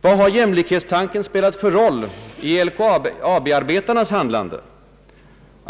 Vad har jämlikhetstanken spelat för roll vid LKAB-arbetarnas handlande?